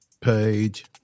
Page